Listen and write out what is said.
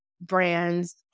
brands